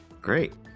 great